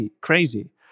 crazy